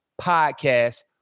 Podcast